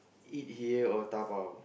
eat here or dabao